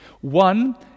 One